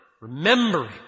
remembering